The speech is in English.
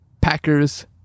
packers